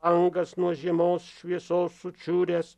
angas nuo žiemos šviesos šučiuręs